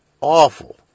awful